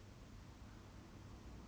fapping to someone's pictures